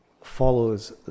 follows